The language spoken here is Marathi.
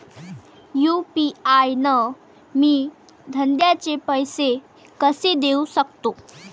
यू.पी.आय न मी धंद्याचे पैसे कसे देऊ सकतो?